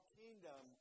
kingdom